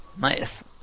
Nice